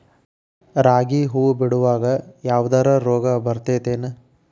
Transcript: ರಾಗಿ ಹೂವು ಬಿಡುವಾಗ ಯಾವದರ ರೋಗ ಬರತೇತಿ ಏನ್?